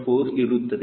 4 ಇರುತ್ತದೆ